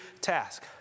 task